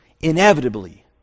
inevitably